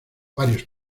varios